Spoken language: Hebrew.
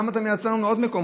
למה אתה מייצר לנו עוד מקומות?